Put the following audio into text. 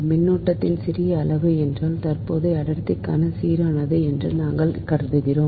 மின்னோட்டத்தின் சிறிய அளவு ஏனென்றால் தற்போதைய அடர்த்தி சீரானது என்று நாங்கள் கருதுகிறோம்